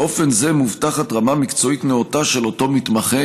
באופן זה מובטחת רמה מקצועית נאותה של אותו מתמחה